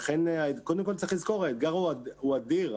צריך לזכור, האתגר הוא אדיר.